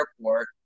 Airport